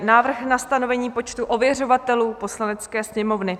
Návrh na stanovení počtu ověřovatelů Poslanecké sněmovny